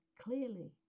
clearly